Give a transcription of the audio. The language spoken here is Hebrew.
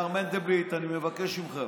מר מנדלבליט, אני מבקש ממך: